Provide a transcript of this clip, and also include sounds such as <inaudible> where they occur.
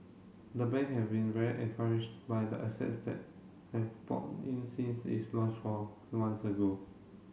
the bank have been very encouraged by the assets that have poured in since its launch <unintelligible> four months ago